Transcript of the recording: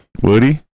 Woody